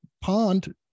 pond